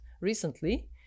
recently